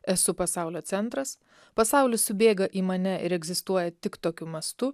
esu pasaulio centras pasaulis subėga į mane ir egzistuoja tik tokiu mastu